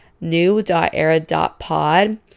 new.era.pod